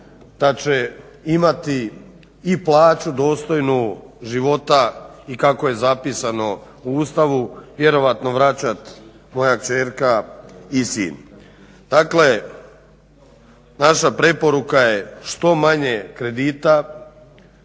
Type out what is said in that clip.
da će imati i plaću dostojnu života i kako je zapisano u Ustavu vjerojatno vraćat moja kćerka i sin. Dakle, naša preporuka je što manje kredita